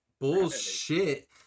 bullshit